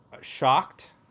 shocked